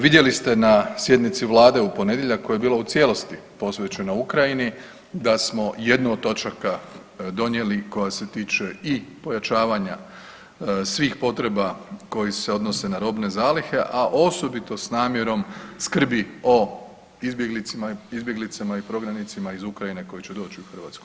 Vidjeli ste na sjednici vlade u ponedjeljak koja je bila u cijelosti posvećena Ukrajini da smo jednu od točaka donijeli koja se tiče i pojačavanja svih potreba koji se odnose na robne zalihe, a osobito s namjerom skrbi o izbjeglicama i prognanicima iz Ukrajine koji će doći u Hrvatsku.